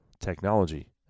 technology